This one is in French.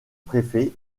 préfet